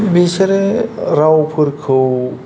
बिसोरो रावफोरखौ